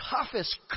toughest